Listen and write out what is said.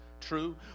true